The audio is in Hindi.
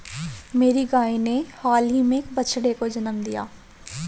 मेरी गाय ने हाल ही में एक बछड़े को जन्म दिया